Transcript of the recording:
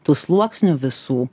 tų sluoksnių visų